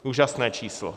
Úžasné číslo!